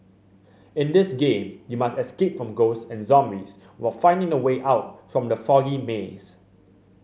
in this game you must escape from ghosts and zombies while finding the way out from the foggy maze